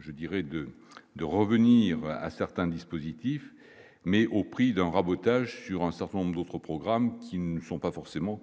je dirais de de revenir à certains dispositifs, mais au prix d'un rabotage sur un certain nombre d'autres programmes qui ne sont pas forcément